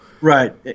Right